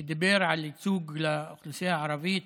שדיבר על ייצוג לאוכלוסייה הערבית,